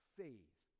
faith